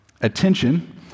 attention